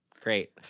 Great